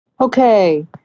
Okay